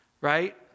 right